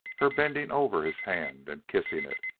her bending over his hand and kissing it.